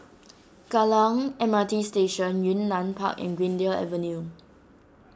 Kallang M R T Station Yunnan Park and Greendale Avenue